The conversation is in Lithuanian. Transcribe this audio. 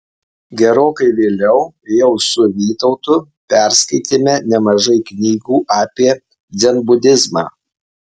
gerokai vėliau jau su vytautu perskaitėme nemažai knygų apie dzenbudizmą